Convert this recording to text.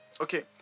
okay